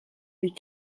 les